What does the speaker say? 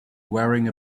wearing